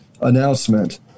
announcement